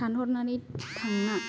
सानहरनानै थांनाय